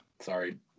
Sorry